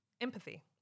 empathy